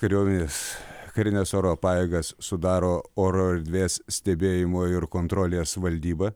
kariuomenės karinės oro pajėgas sudaro oro erdvės stebėjimo ir kontrolės valdyba